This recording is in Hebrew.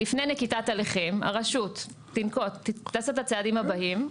שלפני נקיטת הליכים הרשות תעשה את הצעדים הבאים.